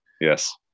Yes